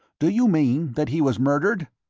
do you mean that he was murdered?